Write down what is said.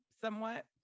somewhat